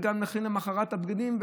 וגם להכין את הבגדים למוחרת,